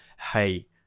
hey